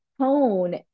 tone